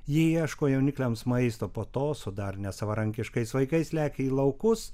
jie ieško jaunikliams maisto po to su dar nesavarankiškais vaikais lekia į laukus